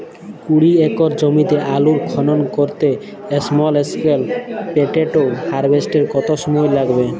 কুড়ি একর জমিতে আলুর খনন করতে স্মল স্কেল পটেটো হারভেস্টারের কত সময় লাগবে?